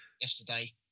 yesterday